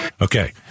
Okay